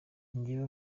njyewe